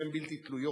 שהן בלתי תלויות.